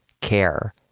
care